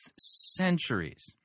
centuries